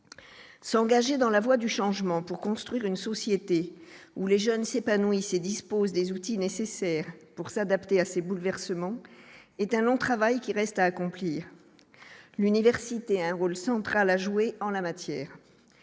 s'engager dans la voie du changement pour construire une société où les jeunes s'épanouissent et dispose des outils nécessaires pour s'adapter à ces bouleversements et d'un long travail qui reste à accomplir, l'université, un rôle central à jouer en la matière,